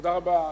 תודה רבה.